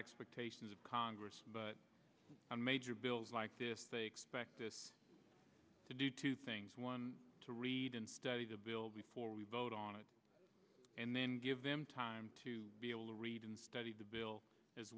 expectations of congress but a major bills like this they expect this to do two things one to read and study the bill before we vote on it and then give them time to be able to read and study the bill as